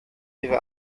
ihre